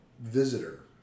visitor